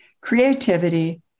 creativity